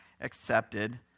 accepted